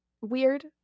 weird